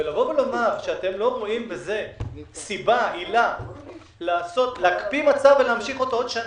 לבוא ולומר שאתם לא רואים בזה עילה להקפיא מצב ולהמשיך אותו עוד שנה,